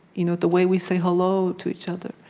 you know the way we say hello to each other